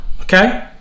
okay